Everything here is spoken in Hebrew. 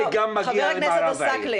זה לא בלרוס פה.